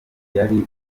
yari